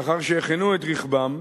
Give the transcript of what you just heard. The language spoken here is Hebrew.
לאחר שהחנו את רכבם,